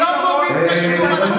אבל הם נותנים,